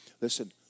listen